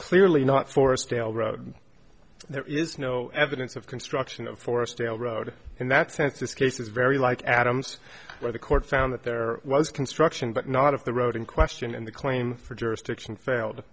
clearly not forest trail road there is no evidence of construction of forest trail road in that sense this case is very like adams where the court found that there was construction but not of the road in question and the claim for jurisdiction failed